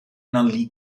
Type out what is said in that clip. league